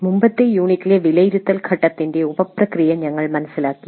മുമ്പത്തെ യൂണിറ്റിലെ വിലയിരുത്തൽ ഘട്ടത്തിന്റെ ഉപപ്രക്രിയ ഞങ്ങൾ മനസ്സിലാക്കി